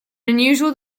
unusual